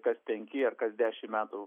kas penki ar kas dešim metų